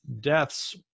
deaths